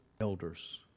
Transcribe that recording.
elders